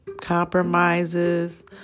compromises